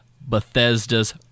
Bethesda's